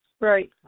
Right